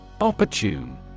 Opportune